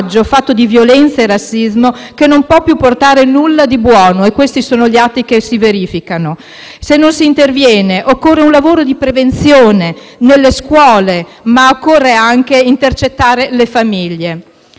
fatto di violenza e razzismo che non può più portare nulla di buono e questi sono gli atti che si verificano. Occorre un lavoro di prevenzione nelle scuole, ma anche intercettare le famiglie.